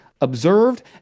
observed